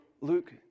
Luke